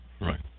Right